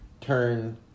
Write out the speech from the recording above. turn